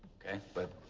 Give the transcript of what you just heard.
ok, but,